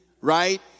right